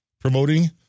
promoting